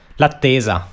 l'attesa